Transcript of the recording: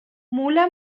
mula